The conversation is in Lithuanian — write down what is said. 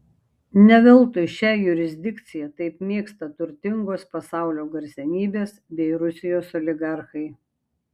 ne veltui šią jurisdikciją taip mėgsta turtingos pasaulio garsenybės bei rusijos oligarchai